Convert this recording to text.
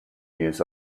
years